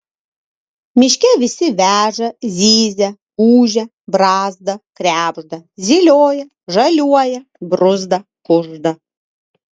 miške visi veža zyzia ūžia brazda krebžda zylioja žaliuoja bruzda kužda